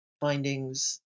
findings